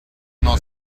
not